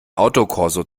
autokorso